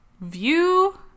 view